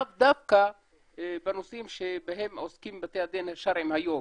לאו דווקא בנושאים שבהם עוסקים בתי הדין השרעיים היום.